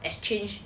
exchange